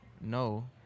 No